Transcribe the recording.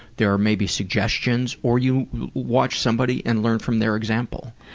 there are maybe suggestions or you watch somebody and learn from their example.